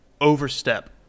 overstep